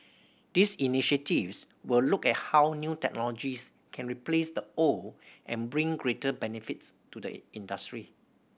these initiatives will look at how new technologies can replace the old and bring greater benefits to the industry